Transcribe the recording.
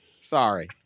sorry